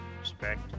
respect